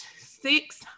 six